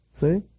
See